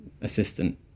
assistant